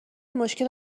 مشکل